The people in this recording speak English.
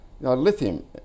lithium